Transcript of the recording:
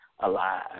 alive